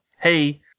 hey